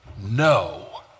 No